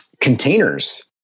containers